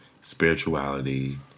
Spirituality